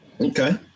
Okay